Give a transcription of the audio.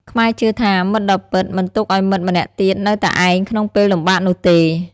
ខ្មែរជឿថា មិត្តដ៏ពិតមិនទុកឲ្យមិត្តម្នាក់ទៀតនៅតែឯងក្នុងពេលលំបាកនោះទេ។